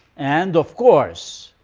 and, of course,